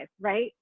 right